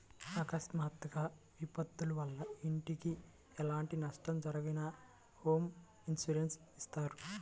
అకస్మాత్తుగా విపత్తుల వల్ల ఇంటికి ఎలాంటి నష్టం జరిగినా హోమ్ ఇన్సూరెన్స్ ఇత్తారు